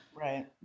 Right